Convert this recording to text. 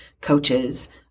coaches